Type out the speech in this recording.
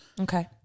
Okay